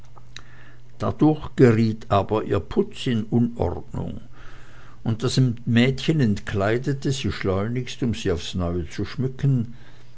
dadurch geriet aber ihr putz in unordnung und das mädchen entkleidete sie schleunigst um sie aufs neue zu schmücken